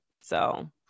So-